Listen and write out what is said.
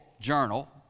journal